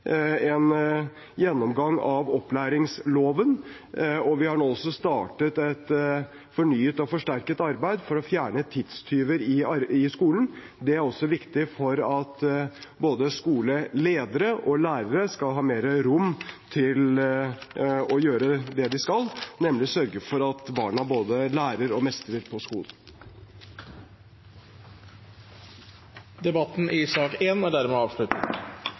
en gjennomgang av opplæringsloven. Og vi har nå startet et fornyet og forsterket arbeid for å fjerne tidstyver i skolen. Det er også viktig for at både skoleledere og lærere skal ha mer rom til å gjøre det de skal, nemlig sørge for at barna både lærer og mestrer på skolen. Debatten i sak nr. 1 er dermed